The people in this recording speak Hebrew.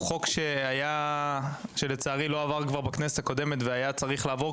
הוא חוק שלצערי לא עבר בכנסת הקודמת והיה צריך לעבור,